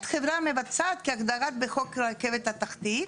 חברה מבצעת כהגדרה בחוק הרכבת התחתית"".